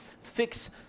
fix